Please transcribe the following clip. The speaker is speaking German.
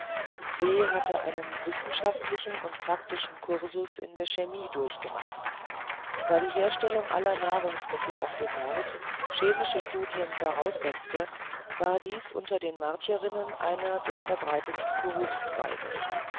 se hatte einen wissenschaftlichen und praktischen kursus in der chemie durchgemacht da die herstellung aller nahrungsmittel auf dem mars chemische studien voraussetzte war dies unter den martierinnen einer der verbreitetsten berufszweige